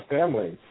family